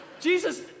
Jesus